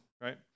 right